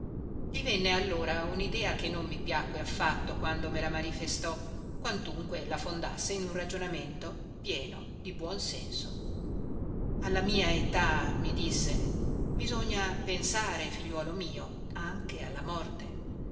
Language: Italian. venne allora unidea che non mi piacque affatto quando me la manifestò quantunque la fondasse in un ragionamento pieno di buon senso alla mia età mi disse bisogna pensare figliuolo mio anche alla morte